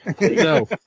No